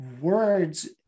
words